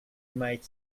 might